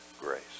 grace